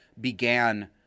began